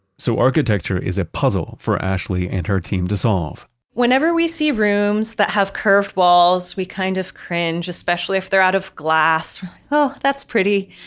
so, architecture is a puzzle for ashley and her team to solve whenever we see rooms that have curved walls, we kind of cringe, especially if they're out of glass. oh, that's pretty.